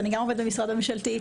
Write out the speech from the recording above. גם אני עובדת במשרד ממשלתי.